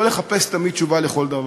לא לחפש תמיד תשובה לכל דבר.